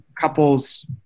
couples